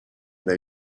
they